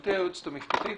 גברתי היועצת המשפטית,